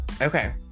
okay